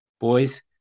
Boys